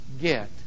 get